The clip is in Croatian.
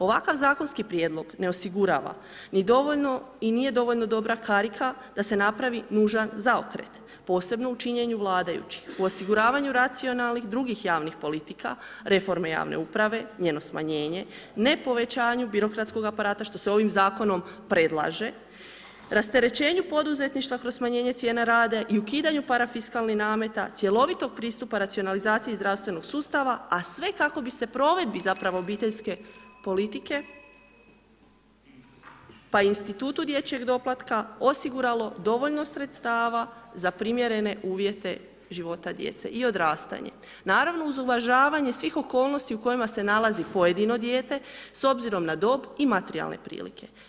Ovakav zakonski prijedlog ne osigurava ni dovoljno i nije dovoljno dobra karika da se napravi nužan zaokret, posebno u činjenju vladajućih u osiguravanju racionalnih drugih javnih politika, reforme javne uprave, njeno smanjenje, ne povećanju birokratskog aparata što se ovim zakonom predlaže, rasterećenju poduzetništva kroz smanjenje cijena rada i ukidanju parafiskalnih nameta cjelovitog pristupa racionalizacije i zdravstvenog sustava, a sve kako bi se provedbi obiteljske politike pa i institutu dječjeg doplatka osiguralo dovoljno sredstava za primjerene uvjete života djece i odrastanje, naravno uz uvažavanje svih okolnosti u kojima se nalazi pojedino dijete, s obzirom na dob i materijalne prilike.